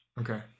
Okay